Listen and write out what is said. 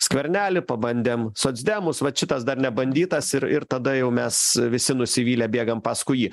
skvernelį pabandėm socdemus vat šitas dar nebandytas ir ir tada jau mes visi nusivylę bėgam paskui jį